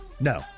no